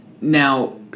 now